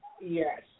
Yes